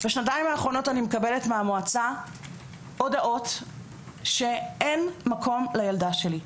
בשנתיים האחרונות אני מקבלת מהמועצה הודעות שאין מקום לילדה שלי.